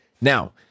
Now